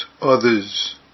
others